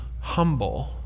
humble